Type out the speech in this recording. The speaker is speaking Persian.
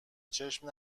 چشم